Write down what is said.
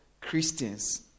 Christians